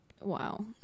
Wow